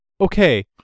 okay